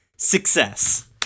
Success